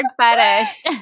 fetish